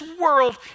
world